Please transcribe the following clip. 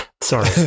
Sorry